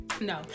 No